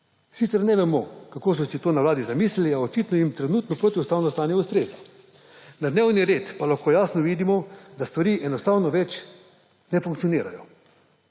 Sicer ne vemo, kako so si to v vladi zamislili, a očitno jim trenutno protiustavno stanje ustreza. Na dnevnem redu pa lahko jasno vidimo, da stvari enostavno več ne funkcionirajo,